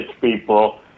people